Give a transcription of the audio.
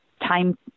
time